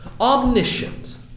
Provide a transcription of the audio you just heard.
omniscient